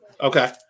Okay